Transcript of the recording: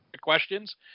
questions